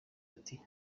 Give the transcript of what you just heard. ati